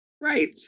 Right